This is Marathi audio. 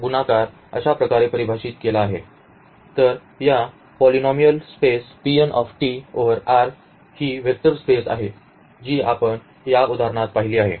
तर ही पॉलिनॉमीयल स्पेस ओव्हर R ही वेक्टर स्पेस आहे जी आपण या उदाहरणात पाहिली आहे